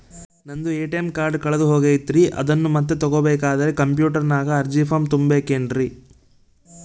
ನಂದು ATM card ಕಳೆದು ಹೋಗೈತ್ರಿ ಅದನ್ನು ಮತ್ತೆ ತಗೋಬೇಕಾದರೆ ಕಂಪ್ಯೂಟರ್ ನಾಗ ಅರ್ಜಿ ಫಾರಂ ತುಂಬಬೇಕನ್ರಿ?